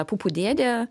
pupų dėdė